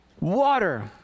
water